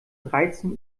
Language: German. dreizehn